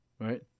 Right